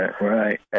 Right